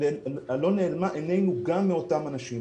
לא נעלמה עינינו גם מאותם אנשים.